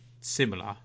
similar